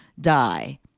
die